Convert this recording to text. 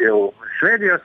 jau švedijos